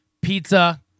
Pizza